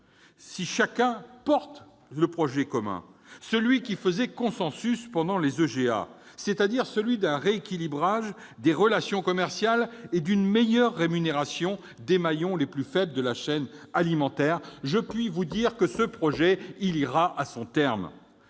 et défend ce projet commun, celui qui faisait consensus pendant les États généraux de l'alimentation, celui d'un rééquilibrage des relations commerciales et d'une meilleure rémunération des maillons les plus faibles de la chaîne alimentaire, je peux vous dire que ce projet ira à son terme